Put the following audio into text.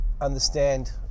understand